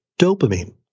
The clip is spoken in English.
dopamine